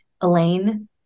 Elaine